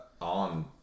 on